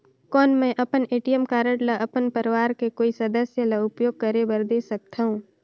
कौन मैं अपन ए.टी.एम कारड ल अपन परवार के कोई सदस्य ल उपयोग करे बर दे सकथव?